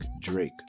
Drake